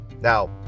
Now